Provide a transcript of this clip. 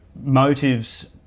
motives